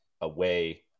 away